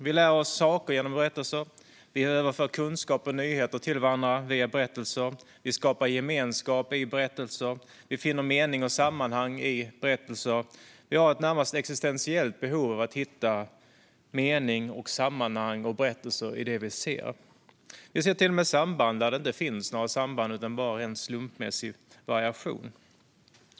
Vi lär oss saker genom berättelser. Vi överför kunskap och nyheter till varandra via berättelser. Vi skapar gemenskap i berättelser. Vi finner mening och sammanhang i berättelser. Vi har ett närmast existentiellt behov av att hitta mening, sammanhang och berättelser i det vi ser. Vi ser till och med samband där det inte finns några samband utan bara rent slumpmässig variation.